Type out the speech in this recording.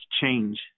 change